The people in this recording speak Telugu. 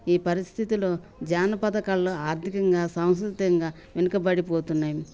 ఈ పరిస్థితిలో జానపదాల్లో ఆర్థికంగా సాంస్కృతింగా వెనుకబడిపోతున్నాయి